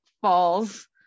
falls